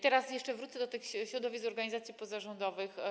Teraz jeszcze wrócę do tych środowisk organizacji pozarządowych.